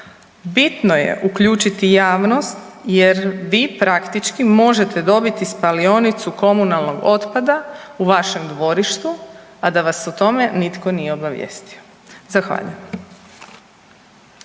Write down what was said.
bitno je uključiti javnost jer vi praktički možete dobiti spalionicu komunalnog otpada u vašem dvorištu, a da vas o tome nitko nije obavijestio. Zahvaljujem.